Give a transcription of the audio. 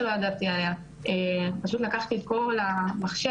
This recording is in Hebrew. והבנתי שהוא פשוט עוקב אחריי כל הזמן.